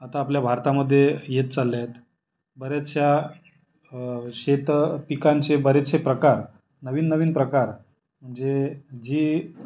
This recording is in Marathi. आता आपल्या भारतामध्ये येत चालल्या आहेत बरेचशा शेतं पिकांचे बरेचसे प्रकार नवीन नवीन प्रकार म्हणजे जी